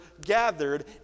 gathered